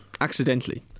accidentally